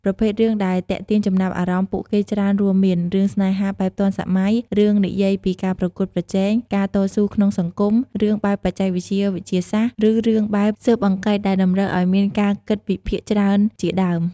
ប្រភេទរឿងដែលទាក់ទាញចំណាប់អារម្មណ៍ពួកគេច្រើនរួមមាន រឿងស្នេហាបែបទាន់សម័យ រឿងនិយាយពីការប្រគួតប្រជែង ការតស៊ូក្នុងសង្គម រឿងបែបបច្ចេកវិទ្យាវិទ្យាសាស្រ្ដ ឬរឿងបែបស៊ើបអង្កេតដែលតម្រូវឲ្យមានការគិតវិភាគច្រើនជាដើម។